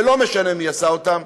ולא משנה מי עשה אותם,